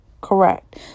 Correct